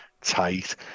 tight